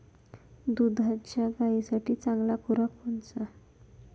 दुधाच्या गायीसाठी चांगला खुराक कोनचा?